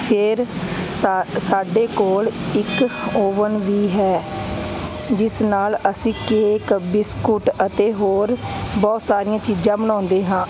ਫਿਰ ਸਾ ਸਾਡੇ ਕੋਲ ਇੱਕ ਓਵਨ ਵੀ ਹੈ ਜਿਸ ਨਾਲ ਅਸੀਂ ਕੇਕ ਬਿਸਕੁਟ ਅਤੇ ਹੋਰ ਬਹੁਤ ਸਾਰੀਆਂ ਚੀਜ਼ਾਂ ਬਣਾਉਂਦੇ ਹਾਂ